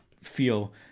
feel